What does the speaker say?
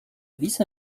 vice